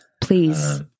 please